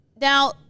Now